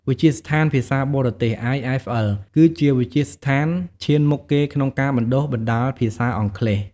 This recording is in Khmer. វិទ្យាស្ថានភាសាបរទេស IFL គឺជាវិទ្យាស្ថានឈានមុខគេក្នុងការបណ្តុះបណ្តាលភាសាអង់គ្លេស។